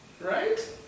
Right